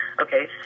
okay